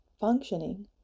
functioning